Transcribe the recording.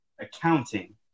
Accounting